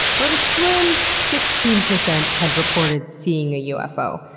but a slim sixteen percent had reported seeing a ufo.